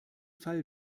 fall